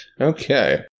Okay